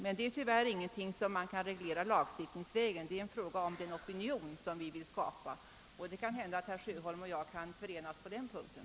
Tyvärr är det dock ingenting som kan regleras lagstiftningsvägen; det är fråga om en opinion som vi vill skapa. Kanhända herr Sjöholm och jag kan förenas på den punkten.